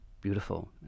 beautiful